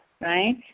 right